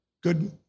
good